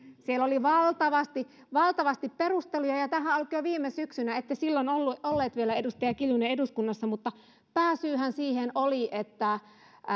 siellä oli valtavasti valtavasti perusteluja ja ja tämähän alkoi jo viime syksynä ette silloin ollut vielä edustaja kiljunen eduskunnassa mutta pääsyyhän siihen oli että